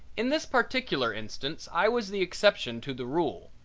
in this particular instance i was the exception to the rule,